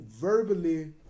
verbally